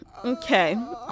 Okay